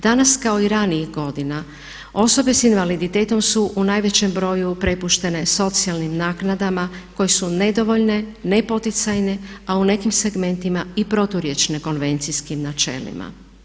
Danas kao i ranijih godina osobe s invaliditetom su u najvećem broju prepuštene socijalnim naknadama koje su nedovoljne, nepoticajne a u nekim segmentima i proturječne konvencijskim načelima.